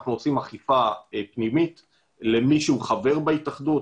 אנחנו עושים אכיפה פנימית למי שהוא חבר בהתאחדות,